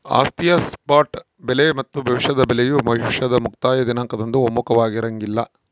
ಆಸ್ತಿಯ ಸ್ಪಾಟ್ ಬೆಲೆ ಮತ್ತು ಭವಿಷ್ಯದ ಬೆಲೆಯು ಭವಿಷ್ಯದ ಮುಕ್ತಾಯ ದಿನಾಂಕದಂದು ಒಮ್ಮುಖವಾಗಿರಂಗಿಲ್ಲ